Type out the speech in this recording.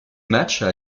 matchs